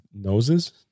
noses